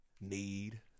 Need